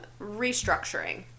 restructuring